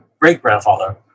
great-grandfather